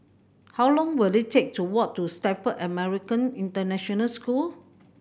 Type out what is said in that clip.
how long will it take to walk to Stamford American International School